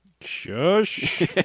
Shush